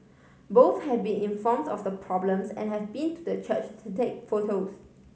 both have been informed of the problems and have been to the church to take photos